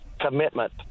commitment